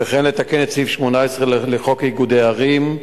וכן לתקן את סעיף 18 לחוק איגודי ערים,